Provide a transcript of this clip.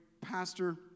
pastor